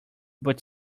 but